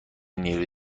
نیروی